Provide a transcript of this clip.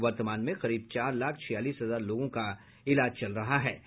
वर्तमान में करीब चार लाख छियालीस हजार लोगों का इलाज चल रहाहै